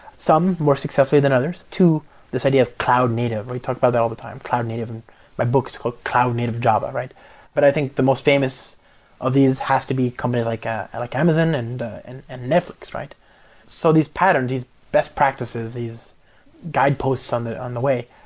some, more successfully than others. two this idea of cloud native, where you talk about that all the time, cloud native. and my book is called cloud native java. but i think the most famous of these has to be companies like ah like amazon, and and and netflix. so these patterns, these best practices, these guide posts on the on the way,